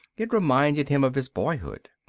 it reminded him of his boyhood.